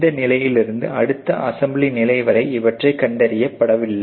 இந்த நிலையிலிருந்து அடுத்த ஆசெம்பலி நிலை வரை இவற்றை கண்டறிய படவில்லை